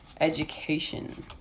education